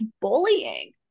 bullying